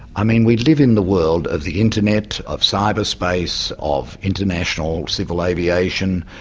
i mean we live in the world of the internet, of cyberspace, of international civil aviation,